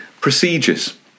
Procedures